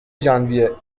ژانویه